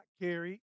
carry